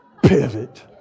Pivot